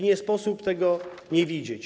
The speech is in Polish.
Nie sposób tego nie widzieć.